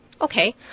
Okay